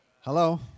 Hello